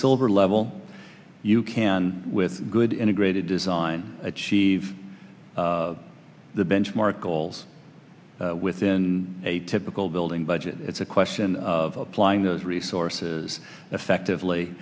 silver level you can with good integrated design achieve the benchmark goals within a typical building budget it's a question of applying those resources effectively